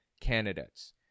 candidates